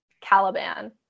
Caliban